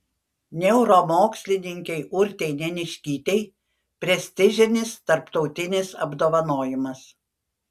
neuromokslininkei urtei neniškytei prestižinis tarptautinis apdovanojimas